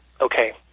okay